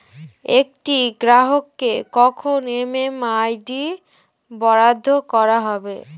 একটি গ্রাহককে কখন এম.এম.আই.ডি বরাদ্দ করা হবে?